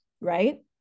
right